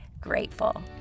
grateful